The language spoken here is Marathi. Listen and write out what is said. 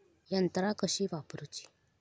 यंत्रा कशी वापरूची?